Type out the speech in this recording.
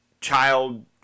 child